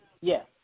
Yes